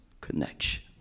connection